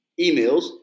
emails